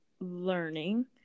learning